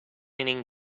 inning